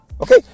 Okay